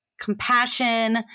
compassion